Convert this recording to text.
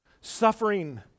suffering